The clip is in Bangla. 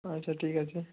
আচ্ছা ঠিক আছে